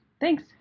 Thanks